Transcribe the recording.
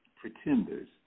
pretenders